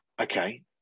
okay